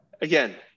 again